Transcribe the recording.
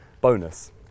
bonus